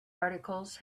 articles